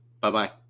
Bye-bye